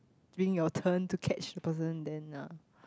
being your turn to catch the person then uh